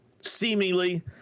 seemingly